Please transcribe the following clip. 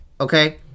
Okay